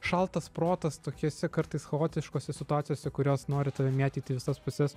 šaltas protas tokiose kartais chaotiškose situacijose kurios nori tave mėtyt į visas puses